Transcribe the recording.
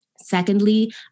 Secondly